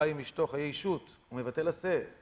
חיי עם אשתו חיי אישות, ומבטל עשה...